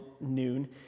noon